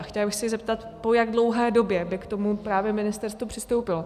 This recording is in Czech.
Chtěla bych se zeptat, po jak dlouhé době by k tomu právě ministerstvo přistoupilo.